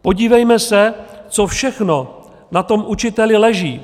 Podívejme se, co všechno na tom učiteli leží.